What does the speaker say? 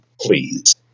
please